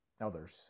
others